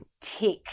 tick